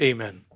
Amen